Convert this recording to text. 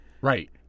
right